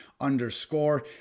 underscore